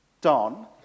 Don